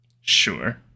Sure